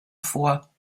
vor